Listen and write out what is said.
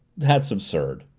that's absurd!